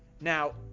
Now